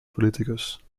politicus